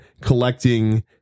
collecting